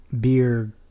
beer